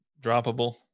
droppable